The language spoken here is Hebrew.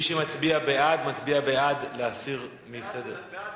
מי שמצביע בעד, מצביע בעד להסיר מסדר-היום.